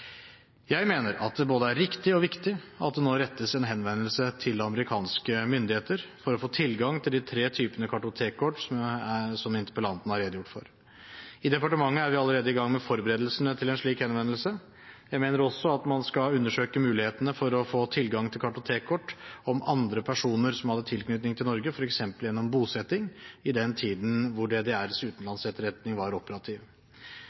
Jeg mener det er både riktig og viktig at det nå rettes en henvendelse til amerikanske myndigheter for å få tilgang til de tre typene kartotekkort som interpellanten har redegjort for. I departementet er vi allerede i gang med forberedelsene til en slik henvendelse. Jeg mener også at man skal undersøke mulighetene for å få tilgang til kartotekkort om andre personer som hadde tilknytning til Norge, f.eks. gjennom bosetting, i den tiden DDRs utenlandsetterretning var operativ.